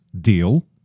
deal